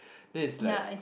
then it's like